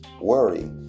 worry